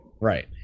right